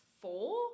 four